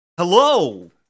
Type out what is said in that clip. hello